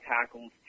tackles